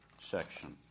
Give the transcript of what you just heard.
section